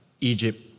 Egypt